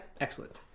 Excellent